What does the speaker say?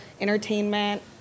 entertainment